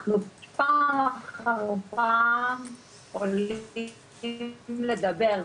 אנחנו פעם אחר פעם עולים לדבר,